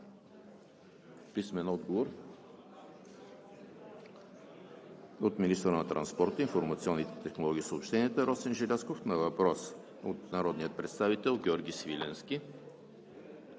Борис Ячев; - министъра на транспорта, информационните технологии и съобщенията Росен Желязков на въпрос от народния представител Георги Свиленски;